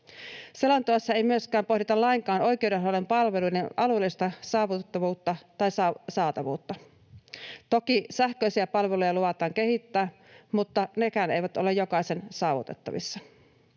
Selonteossa ei myöskään pohdita lainkaan oikeudenhoidon palveluiden alueellista saavutettavuutta tai saatavuutta. Toki sähköisiä palveluja luvataan kehittää, mutta nekään eivät ole jokaisen saavutettavissa.